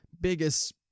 biggest